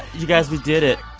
you guys, we did it.